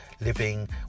living